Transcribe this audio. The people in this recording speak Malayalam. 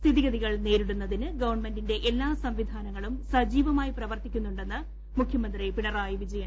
സ്ഥിതിഗതികൾ നേരിടുന്നതിന് ഗവൺമെന്റിന്റെ എല്ലാ സംവിധാനങ്ങളും സജീവമായി പ്രർത്തിക്കുന്നുണ്ടെന്ന് മുഖ്യമന്ത്രി പിണറായി വിജയൻ